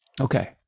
Okay